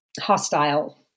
hostile